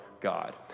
God